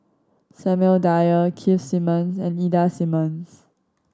Samuel Dyer Keith Simmons and Ida Simmons